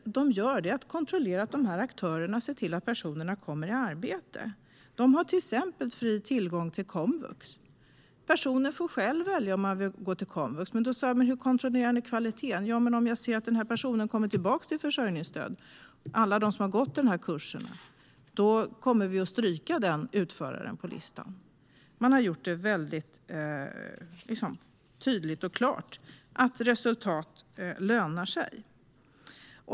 Det man kontrollerar är att aktörerna ser till att personer kommer i arbete. Personerna har till exempel fri tillgång till komvux och får själva välja om de vill gå dit. Hur kontrolleras då kvaliteten, undrade jag. Jag fick svaret: Om vi ser att de som har gått kurs hos en viss utförare kommer tillbaka till försörjningsstöd kommer vi att stryka den utföraren från vår lista. Man har alltså gjort det väldigt tydligt och klart att resultat lönar sig.